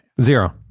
Zero